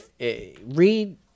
Read